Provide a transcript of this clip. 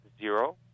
zero